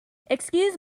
excuse